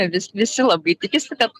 vis visi labai tikisi kad